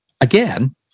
again